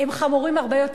הם חמורים הרבה יותר.